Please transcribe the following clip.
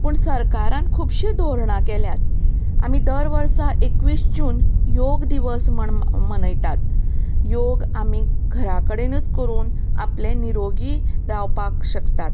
पूण सरकारान खूबशीं धोरणां केल्यात आमी दर वर्सा एकवीस जून योग दिवस म्हण मनयतात योग आमी घरा कडेनूच करून आपलें निरोगी रावपाक शकतात